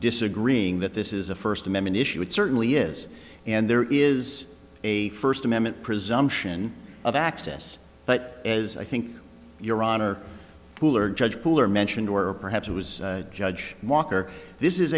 disagreeing that this is a first amendment issue it certainly is and there is a first amendment presumption of access but as i think your honor cooler judge pooler mentioned or or perhaps it was judge walker this is